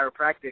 chiropractic